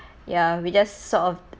ya we just sort of